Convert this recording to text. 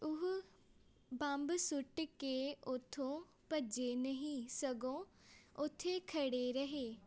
ਉਹ ਬੰਬ ਸੁੱਟ ਕੇ ਉੱਥੋਂ ਭੱਜੇ ਨਹੀਂ ਸਗੋਂ ਉੱਥੇ ਖੜ੍ਹੇ ਰਹੇ